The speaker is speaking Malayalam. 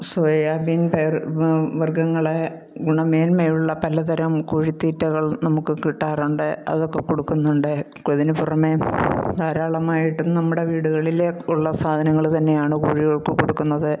സോയാ ബീൻ പയർ വർഗ്ഗങ്ങൾ ഗുണമേന്മയുള്ള പലതരം കോഴി തീറ്റകൾ നമുക്ക് കിട്ടാറുണ്ട് അതൊക്കെ കൊടുക്കുന്നുണ്ട് ഇതിന് പുറമേ ധാരാളമായിട്ട് നമ്മുടെ വീടുകളിൽ ഉള്ള സാധനങ്ങൾ തന്നെയാണ് കോഴികൾക്ക് കൊടുക്കുന്നത്